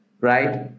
right